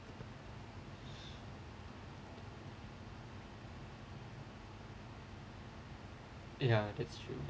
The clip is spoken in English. ya that's true